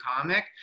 comic